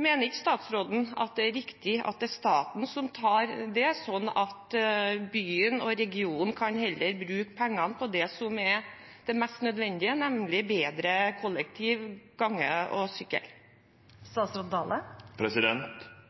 Mener ikke statsråden at det er riktig at det er staten som tar det, slik at byen og regionen heller kan bruke pengene på det som er det mest nødvendige, nemlig bedre kollektiv, sykkel og